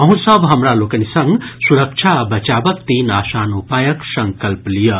अहूँ सभ हमरा लोकनि संग सुरक्षा आ बचावक तीन आसान उपायक संकल्प लियऽ